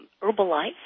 Herbalife